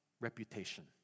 reputation